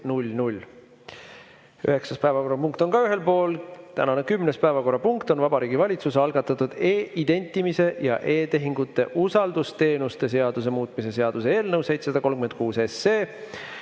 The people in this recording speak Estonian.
päevakorrapunkt on ka ühel pool. Tänane 10. päevakorrapunkt on Vabariigi Valitsuse algatatud e-identimise ja e-tehingute usaldusteenuste seaduse muutmise seaduse eelnõu 736.